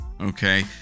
okay